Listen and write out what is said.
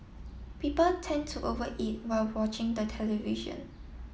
people tend to over eat while watching the television